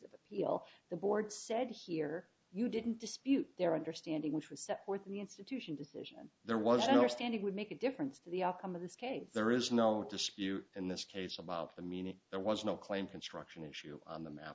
of appeal the board said here you didn't dispute their understanding which was set forth in the institution decision there was your standard would make a difference to the outcome of this case there is no dispute in this case about the meaning there was no claim construction issue on the map